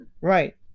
Right